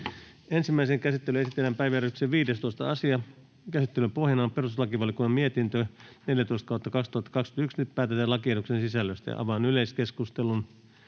Ensimmäiseen käsittelyyn esitellään päiväjärjestyksen 19. asia. Käsittelyn pohjana on sivistysvaliokunnan mietintö SiVM 17/2021 vp. Nyt päätetään lakiehdotusten sisällöstä. — Avaan yleiskeskustelun.